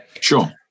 sure